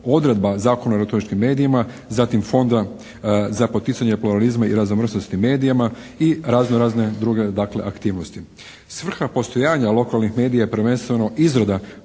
odredba Zakona o elektroničkim medijima, zatim Fonda za poticanje pluralizma i raznovrsnosti medijima i razno razne druge aktivnosti. Svrha postojanja lokalnih medija je prvenstveno izrada